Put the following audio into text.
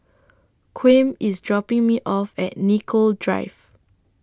Kwame IS dropping Me off At Nicoll Drive